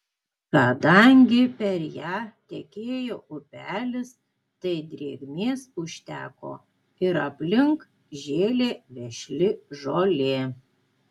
kadangi per ją tekėjo upelis tai drėgmės užteko ir aplink žėlė vešli žolė